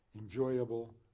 enjoyable